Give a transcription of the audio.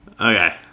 Okay